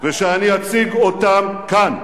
ושאני אציג אותן כאן.